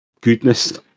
goodness